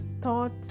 thought